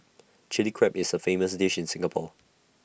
Chilli Crab is A famous dish in Singapore